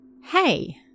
Hey